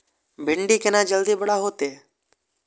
भिंडी केना जल्दी बड़ा होते?